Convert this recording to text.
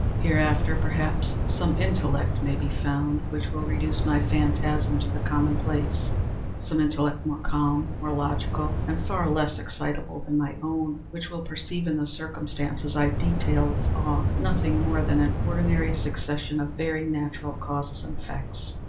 hereafter, perhaps, some intellect may be found which will reduce my phantasm to the common-place some intellect more calm, more logical, and far less excitable than my own, which will perceive, in the circumstances i detail with awe, nothing more than an ordinary succession of very natural causes and effects.